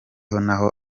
naho